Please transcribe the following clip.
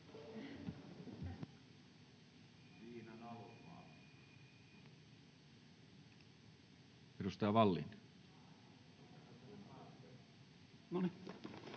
Edustaja Vallin.